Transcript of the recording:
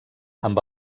amb